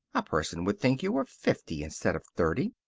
a person would think you were fifty instead of thirty.